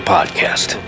Podcast